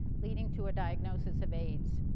leading to a diagnosis of aids.